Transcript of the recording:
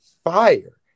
fire